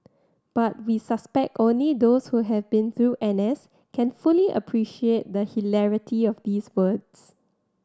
but we suspect only those who have been through N S can fully appreciate the hilarity of these words